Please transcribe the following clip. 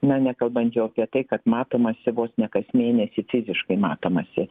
na nekalbant jau apie tai kad matomasi vos ne kas mėnesį fiziškai matomasi